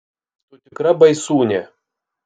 tu tikra baisūnė